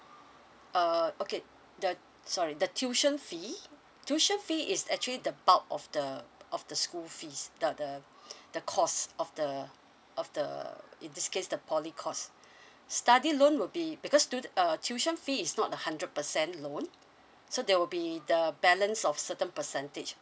uh okay the sorry the tuition fee tuition fee is actually the bulk of the of the school fees the the the cost of the of the in this case the poly cost study loan would be because student uh tuition fee is not hundred percent loan so there will be the a balance of certain percentage